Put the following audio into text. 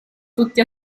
tutti